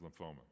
lymphoma